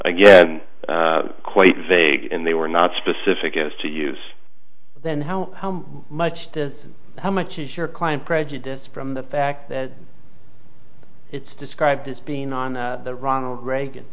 again quite vague and they were not specific as to use then how much to how much is your client prejudice from the fact that it's described as being on the ronald reagan